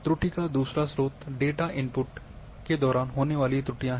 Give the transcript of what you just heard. त्रुटि का दूसरा स्रोत डेटा इनपुट के दौरान होने वाली त्रुटियां